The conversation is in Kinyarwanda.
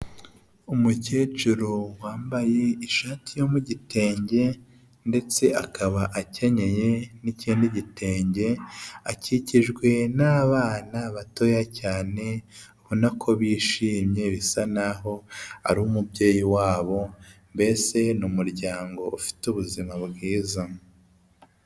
Umukecuru wambaye ishati yo mu gitenge ndetse akaba akenyeye n'ikindi gitenge akikijwe n'abana batoya cyane ubona ko bishimye bisa naho ari umubyeyi wabo mbese ni umuryango ufite ubuzima bwiza.